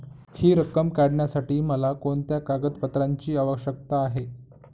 हि रक्कम काढण्यासाठी मला कोणत्या कागदपत्रांची आवश्यकता आहे?